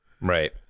Right